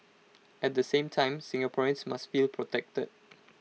at the same time Singaporeans must feel protected